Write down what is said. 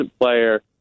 player